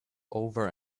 over